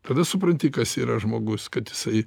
tada supranti kas yra žmogus kad jisai